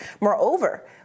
Moreover